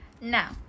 Now